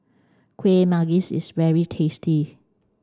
kuih manggis is very tasty